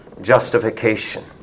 justification